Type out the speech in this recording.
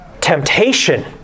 temptation